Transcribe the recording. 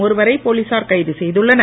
ஒருவரை போலீசார் கைது செய்துள்ளனர்